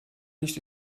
nicht